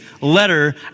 letter